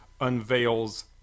unveils